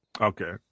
Okay